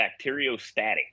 bacteriostatic